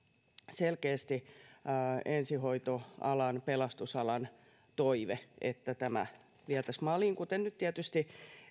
selkeästi ensihoitoalan pelastusalan toive että tämä vietäisiin maaliin minkä nyt tietysti